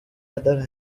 other